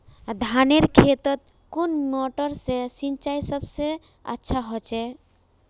धानेर खेतोत कुन मोटर से सिंचाई सबसे अच्छा होचए?